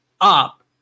up